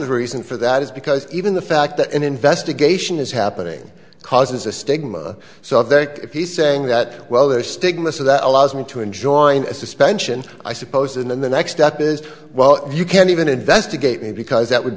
the reason for that is because even the fact that an investigation is happening causes a stigma so that if he's saying that well there's stigma so that allows me to enjoy a suspension i suppose and then the next step is well you can even investigate me because that would